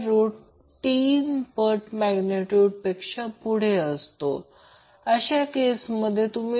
तर Vp म्हणजे phase voltage आहे परंतु ते RMS व्हॅल्यू आहे म्हणून √2 ने गुणाकार केल्यास ती पीक व्हॅल्यू आहे